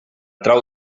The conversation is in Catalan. trau